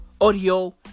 audio